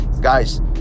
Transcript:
Guys